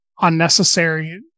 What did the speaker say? unnecessary